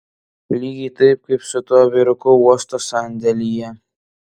lygiai taip kaip su tuo vyruku uosto sandėlyje